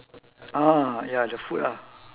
ah ya the food ah